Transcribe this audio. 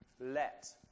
Let